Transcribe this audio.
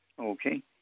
Okay